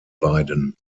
beiden